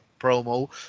promo